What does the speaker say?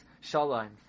Shalom